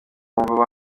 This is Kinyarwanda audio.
bumva